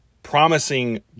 promising